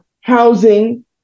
housing